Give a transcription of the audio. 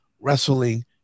wrestling